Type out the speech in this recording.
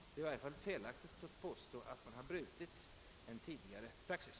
Det är i alla fall felaktigt att påstå att man brutit en tidigare praxis.